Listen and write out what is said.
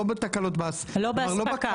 לא בכמות --- לא באספקה?